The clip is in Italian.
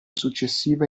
successiva